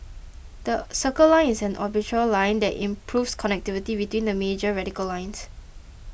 the Circle Line is an orbital line that improves connectivity between the major radial lines